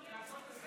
תודה.